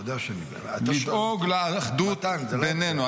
לדאוג לאחדות בינינו.